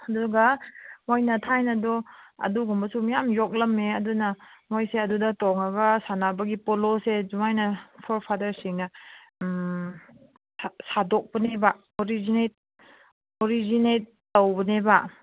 ꯑꯗꯨꯒ ꯃꯣꯏꯅ ꯊꯥꯏꯅꯗꯣ ꯑꯗꯨꯒꯨꯝꯕꯁꯨ ꯃꯌꯥꯝ ꯌꯣꯛꯂꯝꯃꯦ ꯑꯗꯨꯅ ꯃꯣꯏꯁꯦ ꯑꯗꯨꯗ ꯇꯣꯡꯂꯒ ꯁꯥꯟꯅꯕꯒꯤ ꯄꯣꯂꯣꯁꯦ ꯑꯗꯨꯃꯥꯏꯅ ꯐꯣꯔ ꯐꯥꯗꯔꯁꯁꯤꯡꯅ ꯁꯥꯗꯣꯛꯄꯅꯦꯕ ꯑꯣꯔꯤꯖꯤꯅꯦꯠ ꯇꯧꯕꯅꯦꯕ